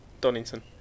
Donington